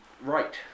Right